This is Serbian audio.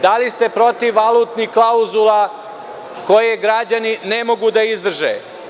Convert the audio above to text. Da li ste protiv valutnih klauzula koje građani ne mogu da izdrže?